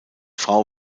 frau